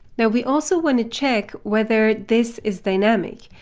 now, we also want to check whether this is dynamic.